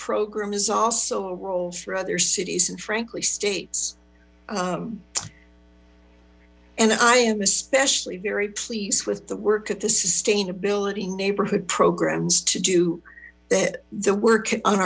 program is also a role for other cities and frankly states and i am especially very pleased with the work at the sustainability neighborhood programs to do that the work on